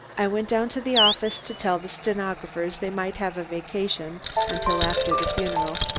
i went down to the office to tell the stenographers they might have a vacation until after the funeral,